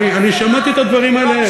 אני שמעתי את הדברים האלה.